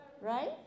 right